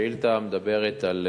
השאילתא מדברת על